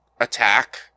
attack